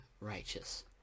righteous